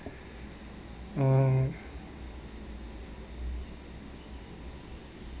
mm